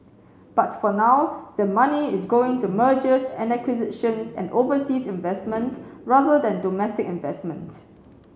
but for now their money is going to mergers and acquisitions and overseas investment rather than domestic investment